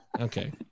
okay